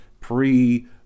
pre